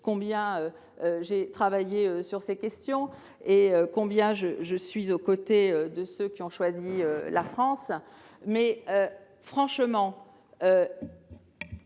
combien j'ai travaillé sur ces questions et combien je suis aux côtés de ceux qui ont choisi la France. Manifestement